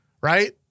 right